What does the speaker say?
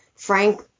Frank